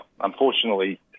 Unfortunately